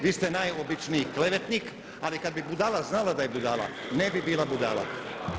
Vi ste najobičniji klevetnik ali kad bi budala znala da je budala ne bi bila budala.